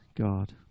God